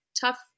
tough